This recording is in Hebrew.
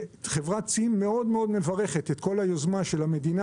חברת צים מברכת מאוד את כל היוזמה של המדינה